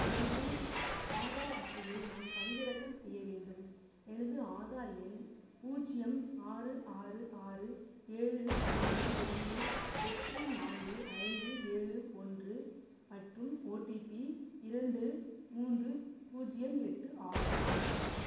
எனது ஆதார் அட்டையை நான் பதிவிறக்கம் செய்ய வேண்டும் எனது ஆதார் எண் பூஜ்யம் ஆறு ஆறு ஆறு ஏழு ஐந்து ஒன்று எட்டு நான்கு ஐந்து ஏழு ஒன்று மற்றும் ஓடிபி இரண்டு மூன்று பூஜ்யம் எட்டு ஆகும்